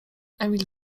emil